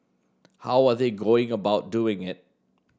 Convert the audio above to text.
how are they going about doing it